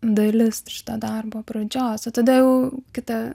dalis šito darbo pradžios o tada jau kitą